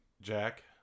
Jack